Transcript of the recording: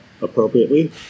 appropriately